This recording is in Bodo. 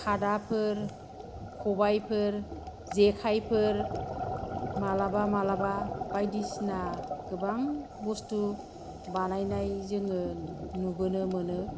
खादाफोर खबाइफोर जेखाइफोर मालाबा मालाबा बायदिसिना गोबां बस्तु बानायनाय जोङो नुबोनो मोनो